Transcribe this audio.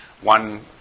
one